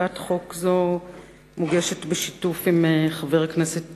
הצעת חוק זו מוגשת בשיתוף עם חבר הכנסת